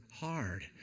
hard